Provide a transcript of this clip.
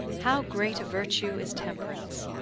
how great a virtue is temperance,